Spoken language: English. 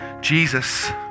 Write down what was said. Jesus